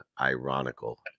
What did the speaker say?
ironical